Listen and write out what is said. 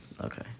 Okay